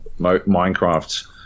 Minecraft